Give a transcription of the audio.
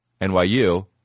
NYU